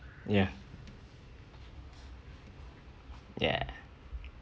ya ya